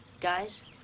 Guys